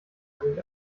singt